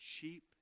cheap